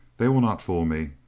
they will not fool me.